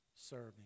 serving